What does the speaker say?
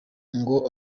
ngo